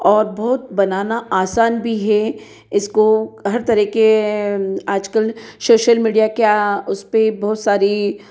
और बहुत बनाना आसान भी है इसको हर तरह के आजकल सोशल मीडिया क्या उस पर बहुत सारी